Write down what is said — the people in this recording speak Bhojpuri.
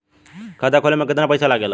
खाता खोले में कितना पईसा लगेला?